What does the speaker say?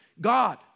God